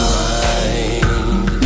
mind